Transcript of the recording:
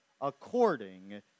according